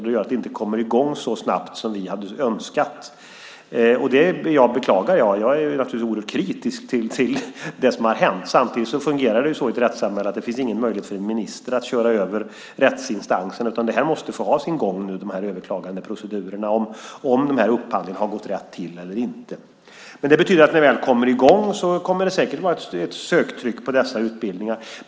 Det gör att utbildningen inte kommer i gång så snabbt som vi hade önskat. Detta beklagar jag. Jag är naturligtvis oerhört kritisk till det som har hänt. Samtidigt fungerar det så i ett rättssamhälle att en minister inte har någon möjlighet att köra över rättsinstansen, utan de här överklagandeprocedurerna måste få ha sin gång kring om upphandlingen gått rätt till eller inte. Det betyder att det när man väl kommer i gång säkert kommer att vara ett söktryck till dessa utbildningar.